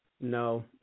No